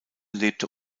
lebte